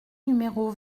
numéro